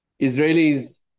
Israelis